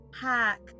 hack